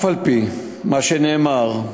למרות מה שנאמר,